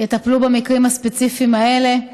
יטפלו בשיתוף במקרים הספציפיים האלה.